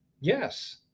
Yes